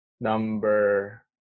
Number